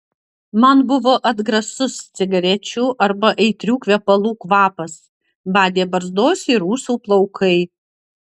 man buvo atgrasus cigarečių arba aitrių kvepalų kvapas badė barzdos ir ūsų plaukai